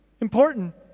important